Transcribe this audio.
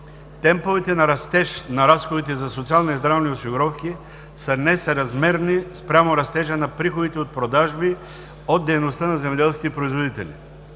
на растеж на разходите за социални и здравни осигуровки са несъразмерни спрямо растежа на приходите от продажби от дейността на земеделските производители.